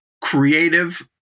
creative